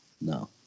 no